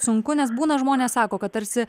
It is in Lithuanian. sunku nes būna žmonės sako kad tarsi